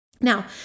Now